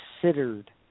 considered